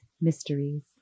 mysteries